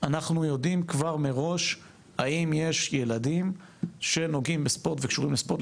אנחנו יודעים כבר מראש האם יש ילדים שנוגעים בספורט וקשורים לספורט.